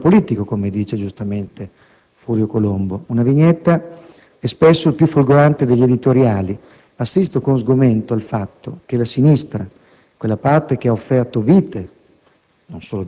è un problema politico come dice giustamente Furio Colombo, che prosegue: «una vignetta è spesso il più folgorante degli editoriali. Assisto con sgomento al fatto che la sinistra, quella parte che ha offerto vite,»